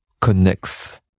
connects